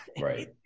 Right